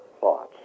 thoughts